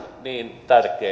niin